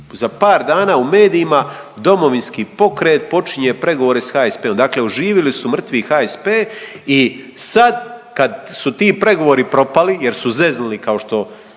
za par dana u medijima Domovinski pokret počinje pregovore s HSP-om. Dakle, oživili su mrtvi HSP i sad kad su ti pregovori propali jer su zeznuli kao što